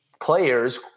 players